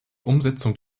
umsetzung